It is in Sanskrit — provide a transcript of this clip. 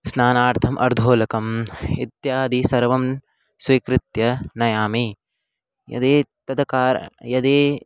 स्नानार्थम् अर्धोरुकम् इत्यादि सर्वं स्वीकृत्य नयामि यदि तद् कार् यदि